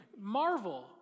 marvel